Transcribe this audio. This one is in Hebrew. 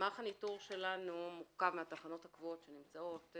מערך הניטור שלנו מורכב מהתחנות הקבועות שנמצאות.